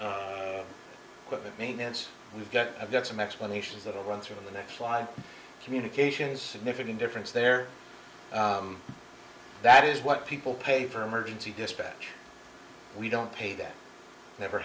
maintenance we've got i've got some explanations that will run through the next line communications significant difference there that is what people pay for emergency dispatch we don't pay them never